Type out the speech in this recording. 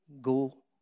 go